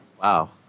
Wow